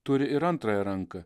turi ir antrąją ranką